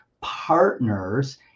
partners